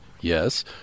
yes